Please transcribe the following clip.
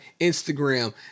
Instagram